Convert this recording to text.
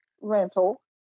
rental